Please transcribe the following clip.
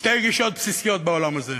שתי גישות בסיסיות בעולם הזה,